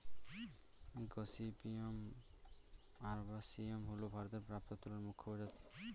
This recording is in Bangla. গসিপিয়াম আরবাসিয়াম হল ভারতে প্রাপ্ত তুলার মুখ্য প্রজাতি